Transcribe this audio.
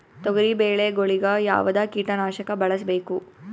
ತೊಗರಿಬೇಳೆ ಗೊಳಿಗ ಯಾವದ ಕೀಟನಾಶಕ ಬಳಸಬೇಕು?